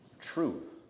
truth